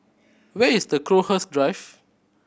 where is Crowhurst Drive